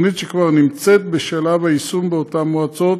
תוכנית שכבר נמצאת בשלב היישום באותן מועצות.